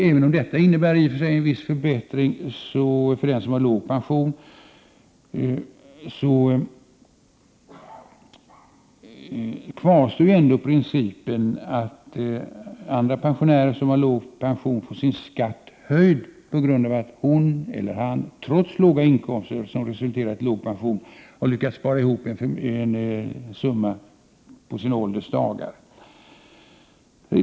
Även om detta innebär en viss förbättring jämfört med tidigare gällande regler för den som har låg pension, kvarstår ändå principen att den pensionär som har låg pension får sin skatt höjd på grund av att hon eller han, trots låga inkomster som resulterat i låg pension, har lyckats spara ihop en summa till sin ålders dagar.